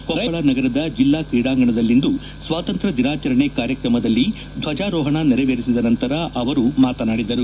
ಕೊಪ್ಪಳ ನಗರದ ಜಿಲ್ಲಾ ಕ್ರೀಡಾಂಗಣದಲ್ಲಿಂದು ಸ್ವಾತಂತ್ರ್ಯ ದಿನಾಚರಣೆ ಕಾರ್ಯಕ್ರಮದಲ್ಲಿ ಧ್ವಜಾರೋಹಣ ನೆರವೇರಿಸಿದ ನಂತರ ಅವರು ಮಾತನಾಡಿದರು